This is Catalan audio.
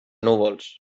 núvols